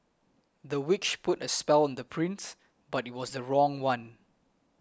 the witch put a spell on the prince but it was the wrong one